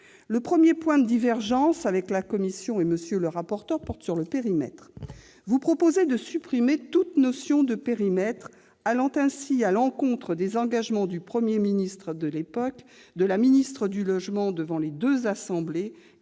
Le premier point de divergence avec la commission et M. le rapporteur porte sur le périmètre. Vous proposez de supprimer toute notion de « périmètre », allant ainsi à l'encontre des engagements du Premier ministre de l'époque, de la ministre du logement devant les deux assemblées